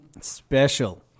special